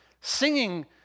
singing